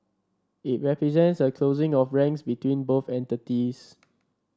it represents a closing of ranks between both entities